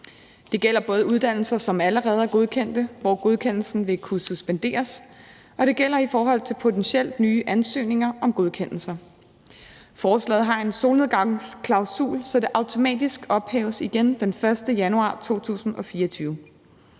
Det gælder både uddannelser, som allerede er godkendte, hvor godkendelsen vil kunne suspenderes, og potentielle nye ansøgninger om godkendelse. Forslaget har en solnedgangsklausul, så loven automatisk ophæves den 1. januar 2024.